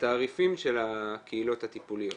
התעריפים של הקהילות הטיפוליות